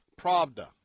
Pravda